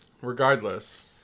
regardless